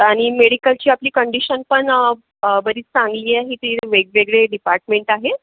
आणि मेडिकलची आपली कंडिशन पण बरीच चांगली आहे इथे वेगवेगळी डिपार्टमेंट आहेत